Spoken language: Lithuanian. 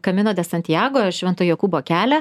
kamino de santjago švento jokūbo kelią